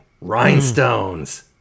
Rhinestones